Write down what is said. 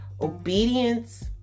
obedience